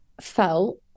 felt